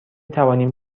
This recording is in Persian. توانیم